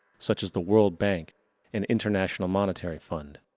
such as the world bank and international monetary fund